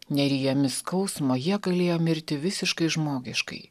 nerijomis skausmo jie galėjo mirti visiškai žmogiškai